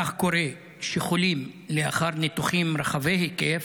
כך קורה שחולים לאחר ניתוחים רחבי היקף,